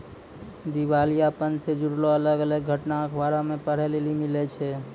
दिबालियापन से जुड़लो अलग अलग घटना अखबारो मे पढ़ै लेली मिलै छै